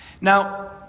Now